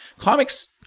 comics